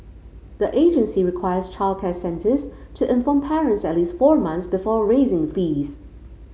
the agency requires childcare centres to inform parents at least four months before raising fees